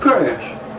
Crash